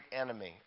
enemy